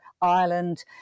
Ireland